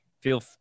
feel